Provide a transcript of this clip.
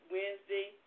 Wednesday